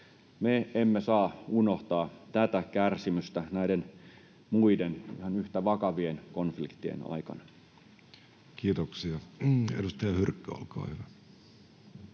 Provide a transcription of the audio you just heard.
Me emme saa unohtaa tätä kärsimystä näiden muiden ihan yhtä vakavien konfliktien aikana. Kiitoksia. — Edustaja Hyrkkö, olkaa hyvä.